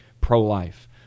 pro-life